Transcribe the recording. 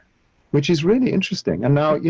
which is really interesting. and now,